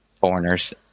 foreigners